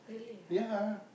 ya